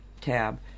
tab